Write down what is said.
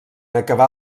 acabar